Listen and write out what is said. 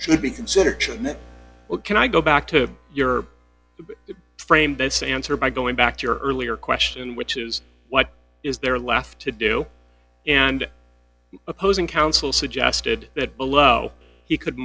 should be considered well can i go back to your it framed this answer by going back to your earlier question which is what is there left to do and opposing counsel suggested that below he could